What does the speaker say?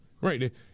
Right